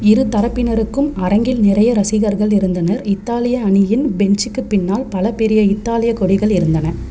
இரு தரப்பினருக்கும் அரங்கில் நிறைய ரசிகர்கள் இருந்தனர் இத்தாலிய அணியின் பென்சிக்குப் பின்னால் பல பெரிய இத்தாலிய கொடிகள் இருந்தன